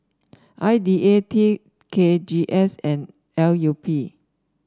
I D A T K G S and L U P